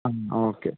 okay